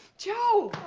joe!